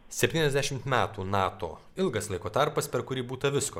septyniasdešimt metų nato ilgas laiko tarpas per kurį būta visko